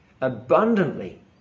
abundantly